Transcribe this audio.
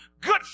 Good